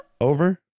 over